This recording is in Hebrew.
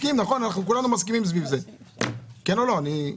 כולנו מסכימים לזה, כן או לא?